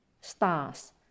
stars